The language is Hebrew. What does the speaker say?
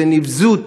זו נבזות.